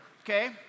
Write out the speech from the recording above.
okay